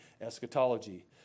eschatology